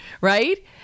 right